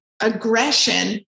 aggression